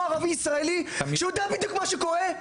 ערבי ישראלי שיודע בדיוק מה שקורה?